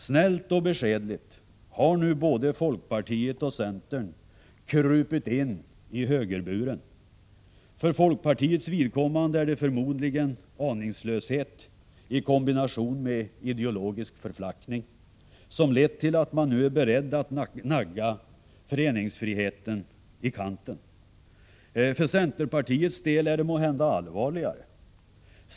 Snällt och beskedligt har både folkpartiet och centern krupit in i högerburen. För folkpartiets vidkommande är det förmodligen fråga om aningslöshet i kombination med ideologisk förflackning som lett till att man nu är beredd att nagga föreningsfriheten i kanten. För centerpartiets del är det måhända allvarligare.